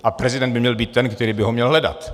A prezident by měl být ten, který by ho měl hledat.